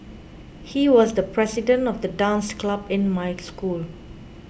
he was the president of the dance club in my school